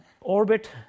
Orbit